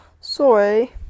Sorry